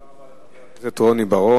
תודה רבה לחבר הכנסת רוני בר-און.